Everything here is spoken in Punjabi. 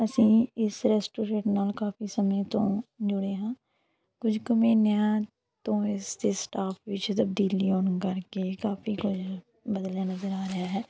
ਅਸੀਂ ਇਸ ਰੈਸਟੋਰੈਂਟ ਨਾਲ ਕਾਫੀ ਸਮੇਂ ਤੋਂ ਜੁੜੇ ਹਾਂ ਕੁਝ ਕੁ ਮਹੀਨਿਆਂ ਤੋਂ ਇਸ ਦੇ ਸਟਾਫ ਵਿੱਚ ਤਬਦੀਲੀ ਆਉਣ ਕਰਕੇ ਕਾਫੀ ਕੁਝ ਬਦਲਿਆ ਨਜ਼ਰ ਆ ਰਿਹਾ ਹੈ